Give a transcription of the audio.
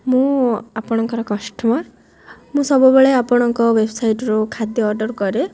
ମୁଁ ଆପଣଙ୍କର କଷ୍ଟମର୍ ମୁଁ ସବୁବେଳେ ଆପଣଙ୍କ ୱେବସାଇଟ୍ରୁ ଖାଦ୍ୟ ଅର୍ଡ଼ର୍ କରେ